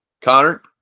Connor